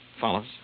Follows